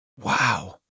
Wow